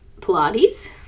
Pilates